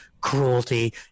cruelty